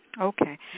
Okay